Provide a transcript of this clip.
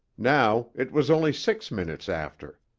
now it was only six minutes after.